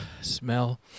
smell